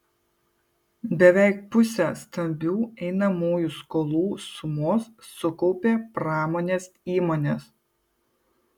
beveik pusę stambių einamųjų skolų sumos sukaupė pramonės įmonės